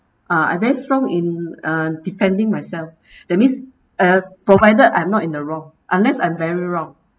uh I very strong in uh defending myself that means uh provided I'm not in the wrong unless I'm very wrong